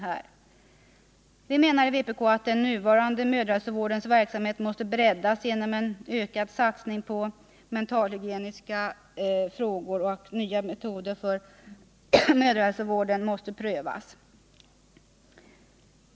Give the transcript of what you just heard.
Vpk menar att den nuvarande mödrahälsovårdens verksamhet måste breddas genom en ökad satsning på mentalhygieniska frågor, och nya metoder för mödrahälsovården måste prövas.